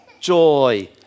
joy